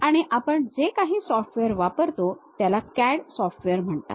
आणि आपण जे काही सॉफ्टवेअर वापरतो त्याला CAD सॉफ्टवेअर म्हणतात